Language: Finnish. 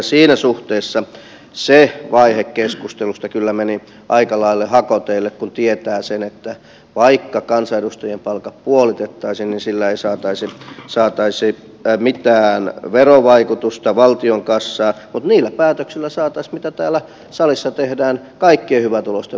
siinä suhteessa se vaihe keskustelusta kyllä meni aika lailla hakoteille kun tietää sen että vaikka kansanedustajien palkat puolitettaisiin niin sillä ei saataisi mitään verovaikutusta valtion kassaan mutta niillä päätöksillä saataisiin mitä täällä salissa tehdään kaikkien hyvätuloisten verotuksen suhteen